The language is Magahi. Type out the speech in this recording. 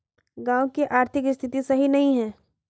गाँव की आर्थिक स्थिति सही नहीं है?